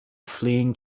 fleeing